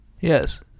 Yes